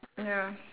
ya